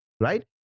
right